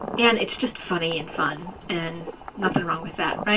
and it's just funny and fun and nothing wrong with that, right?